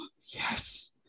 Yes